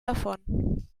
davon